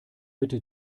bitte